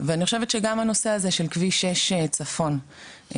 ואני חושבת שגם הנושא הזה של כביש 6 צפון הוא